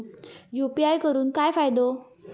UPI करून काय फायदो?